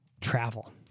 travel